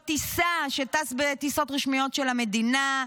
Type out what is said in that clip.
טיסה כשטס בטיסות רשמיות של המדינה,